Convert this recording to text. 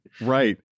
Right